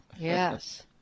Yes